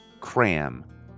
Cram